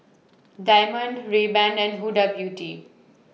Diamond Rayban and Huda Beauty